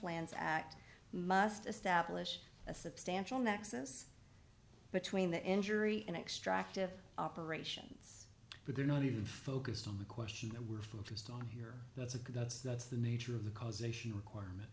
lands act must establish a substantial nexus between the enduring and extractive operations but they're not even focused on the question that we're focused on here that's a good that's that's the nature of the causation requirement